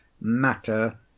matter